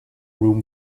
room